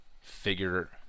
figure